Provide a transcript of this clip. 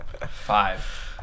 Five